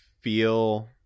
feel